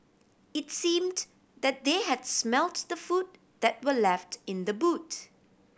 it seemed that they had smelt the food that were left in the boot